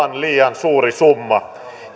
on aivan liian suuri summa